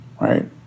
right